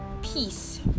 peace